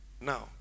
Now